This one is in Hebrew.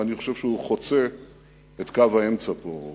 ואני חושב שהוא חוצה את קו האמצע פה,